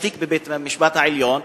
תיק בבית-המשפט העליון,